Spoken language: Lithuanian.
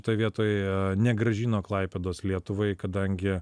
šitoj vietoj negrąžino klaipėdos lietuvai kadangi